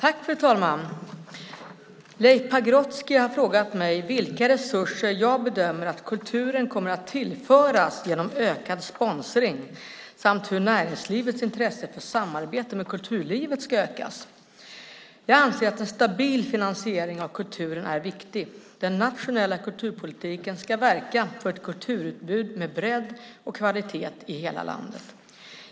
Fru talman! Leif Pagrotsky har frågat mig vilka resurser jag bedömer att kulturen kommer att tillföras genom ökad sponsring samt hur näringslivets intresse för samarbete med kulturlivet ska ökas. Jag anser att en stabil finansiering av kulturen är viktig. Den nationella kulturpolitiken ska verka för ett kulturutbud med bredd och kvalitet i hela landet.